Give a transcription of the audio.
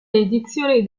edizioni